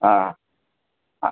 हां हां